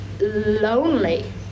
lonely